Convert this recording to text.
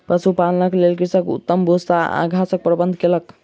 पशुपालनक लेल कृषक उत्तम भूस्सा आ घासक प्रबंध कयलक